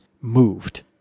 moved